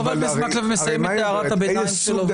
חה"כ מקלב מסיים את הערת הביניים שלו,